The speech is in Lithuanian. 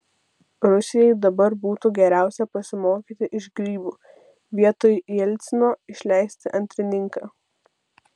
rusijai dabar būtų geriausia pasimokyti iš grybų vietoj jelcino išleisti antrininką